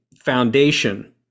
foundation